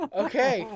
okay